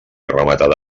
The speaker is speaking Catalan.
rematada